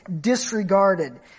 disregarded